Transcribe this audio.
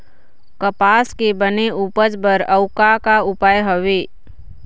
कपास के बने उपज बर अउ का का उपाय हवे?